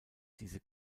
diese